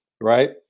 Right